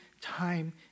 time